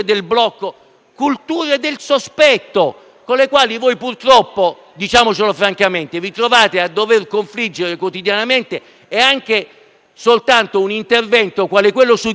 culture del sospetto, con le quali, purtroppo, vi trovate a dover confliggere quotidianamente. Anche soltanto un intervento quale quello sugli stadi,